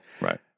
Right